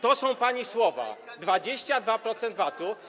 To są pani słowa: 22% VAT-u.